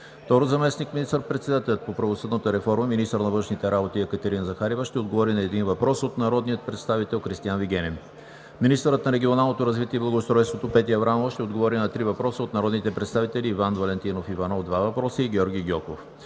2. Заместник министър-председателят по правосъдната реформа и министър на външните работи Екатерина Захариева ще отговори на един въпрос от народния представител Кристиан Вигенин. 3. Министърът на регионалното развитие и благоустройството Петя Аврамова ще отговори на три въпроса от народните представители Иван Валентинов Иванов – два въпроса, и Георги Гьоков.